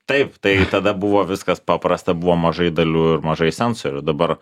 taip tai tada buvo viskas paprasta buvo mažai dalių ir mažai sensorių dabar